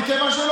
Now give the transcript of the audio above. כי שם האנשים